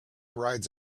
rides